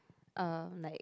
uh like